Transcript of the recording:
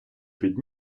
під